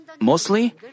mostly